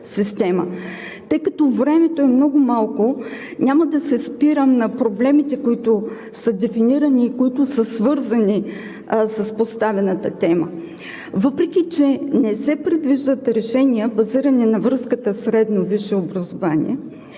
Тъй като времето е много малко, няма да се спирам на проблемите, които са дефинирани и които са свързани с поставената тема. Въпреки че не се предвиждат решения, базирани на връзката средно – висше образование,